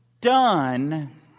done